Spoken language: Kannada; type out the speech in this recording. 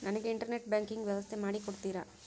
ನನಗೆ ಇಂಟರ್ನೆಟ್ ಬ್ಯಾಂಕಿಂಗ್ ವ್ಯವಸ್ಥೆ ಮಾಡಿ ಕೊಡ್ತೇರಾ?